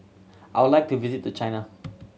I would like to visit China